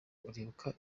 uribuka